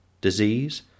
Disease